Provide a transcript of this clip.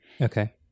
Okay